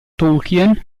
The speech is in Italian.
tolkien